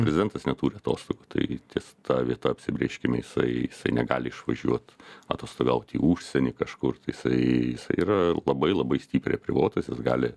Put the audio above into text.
prezidentas neturi atostogų tai ties ta vieta apsibrėžkime jisai jisai negali išvažiuot atostogaut į užsienį kažkur tai jisai yra labai labai stipriai apribotas jis gali